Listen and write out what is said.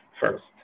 first